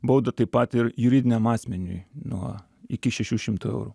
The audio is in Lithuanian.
baudą taip pat ir juridiniam asmeniui nuo iki šešių šimtų eurų